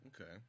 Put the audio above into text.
Okay